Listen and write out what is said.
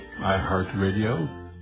iHeartRadio